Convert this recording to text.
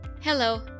Hello